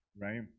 right